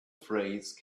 phrase